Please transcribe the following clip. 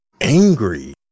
angry